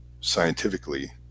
Scientifically